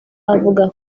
avuga